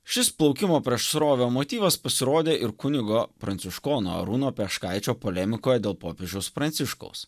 šis plaukimo prieš srovę motyvas pasirodė ir kunigo pranciškono arūno peškaičio polemikoj dėl popiežiaus pranciškaus